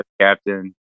Captain